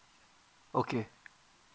okay